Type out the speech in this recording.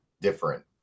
different